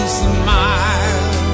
smile